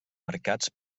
marcats